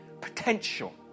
potential